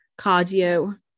cardio